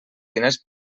diners